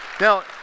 Now